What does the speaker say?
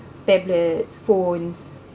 tablets phones